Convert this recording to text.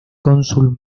cónsul